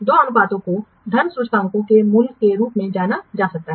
दो अनुपातों को धन सूचकांकों के मूल्य के रूप में माना जा सकता है